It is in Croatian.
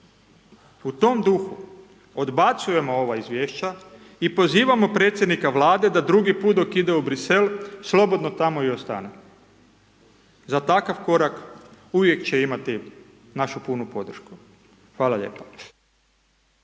U tom duhu odbacujemo ova izvješća i pozivamo predsjednika Vlade da drugi put dok ide u Bruxelles slobodno tamo i ostane. Za takav korak uvijek će imati našu punu podršku. Hvala lijepa.